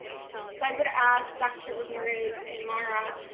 so i would ask dr. ramirez and mara,